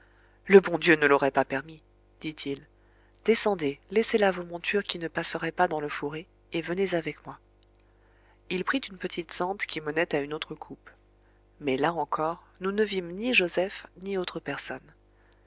le bon dieu ne l'aurait pas permis dit-il descendez laissez là vos montures qui ne passeraient pas dans le fourré et venez avec moi il prit une petite sente qui menait à une autre coupe mais là encore nous ne vîmes ni joseph ni autre personne